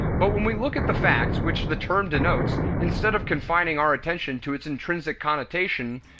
but when we look at the facts which the term denotes instead of confining our attention to its intrinsic connotation,